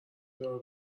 دار